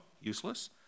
useless